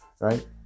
Right